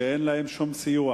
אין להם שום סיוע